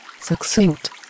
succinct